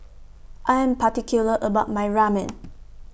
I Am particular about My Ramen